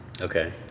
Okay